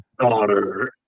daughter